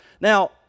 Now